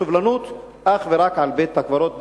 הסובלנות אך ורק על בית-הקברות,